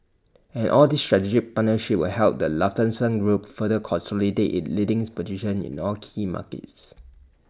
and all these strategic partnerships will help the Lufthansa group further consolidate its leading position in all key markets